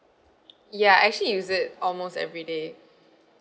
ya I actually use it almost everyday